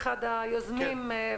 המון תודות, תמר.